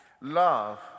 love